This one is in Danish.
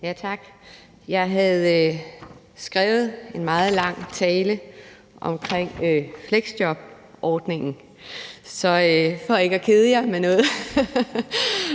Tak. Jeg havde skrevet en meget lang tale om fleksjobordningen, så for ikke at kede jer med noget